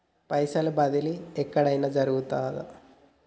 పైసల బదిలీ ఎక్కడయిన జరుగుతదా?